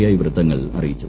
I വൃത്തങ്ങൾ അറിയിച്ചു